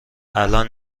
الان